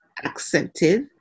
accepted